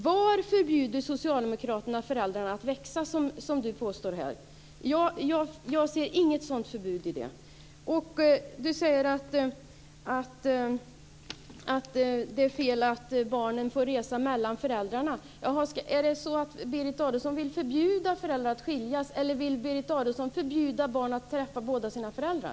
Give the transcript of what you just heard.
Var förbjuder socialdemokraterna föräldrarna att växa, som Berit Adolfsson påstår här? Jag ser inget sådant förbud i det. Berit Adolfsson säger att det är fel att barnen får resa mellan föräldrarna. Är det så att Berit Adolfsson vill förbjuda föräldrar att skiljas, eller vill Berit Adolfsson förbjuda barn att träffa båda sina föräldrar?